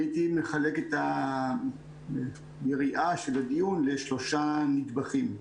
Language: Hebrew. הייתי מחלק את יריעת הדיון לשלושה נדבכים: